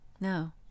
No